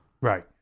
Right